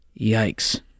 Yikes